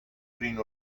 prin